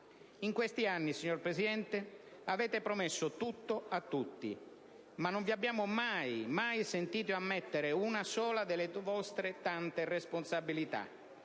In questi anni, signor Presidente, avete promesso tutto a tutti, ma non vi abbiamo mai sentito ammettere una sola delle vostre tante responsabilità.